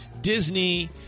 Disney